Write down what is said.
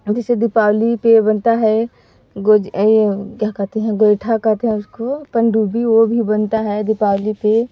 जैसे दीपावली पर बनता है गोजी क्या कहते हैं गोइठा कहते हैं उसको पनडूब्बी वह भी बनता है दीपावली पर